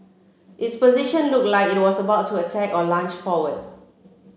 its position looked like it was about to attack or lunge forward